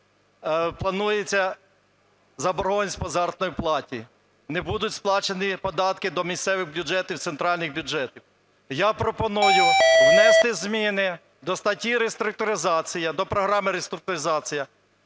планується заборгованість по заробітній платі, не будуть сплачені податки до місцевих бюджетів, центральних бюджетів. Я пропоную внести зміни до статті "Реструктуризація", до програми "Реструктуризація"